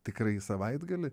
tikrai į savaitgalį